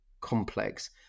complex